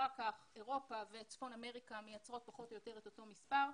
אחר כך אירופה וצפון אמריקה מייצרות פחות או יותר את אותו מספר,